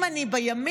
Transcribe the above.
אם אני בימין,